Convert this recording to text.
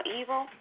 evil